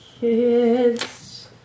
Kids